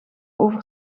over